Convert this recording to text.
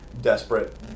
desperate